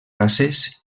races